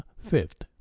fifth